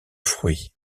fruits